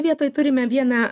vietoj turime vieną